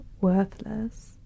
worthless